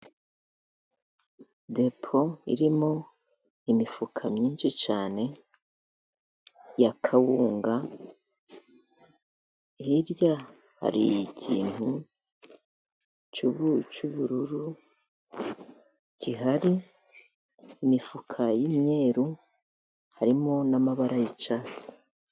Depo irimo imifuka myinshi cyane ya kawunga, hirya hari ikintu cyu'bururu gihari, imifuka y'imyeru, harimo n'amabara y'icyatsi.